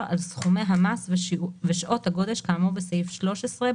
על סכומי המס ושעות הגודש כאמור בסעיף 13,